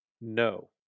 No